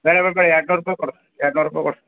ಬ್ಯಾಡ ಬ್ಯಾಡ ಬ್ಯಾಡ ಎರಡು ನೂರ ರೂಪಾಯಿ ಕೊಡು ಎರಡು ನೂರ ರೂಪಾಯಿ ಕೊಡು